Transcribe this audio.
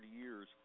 years